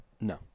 No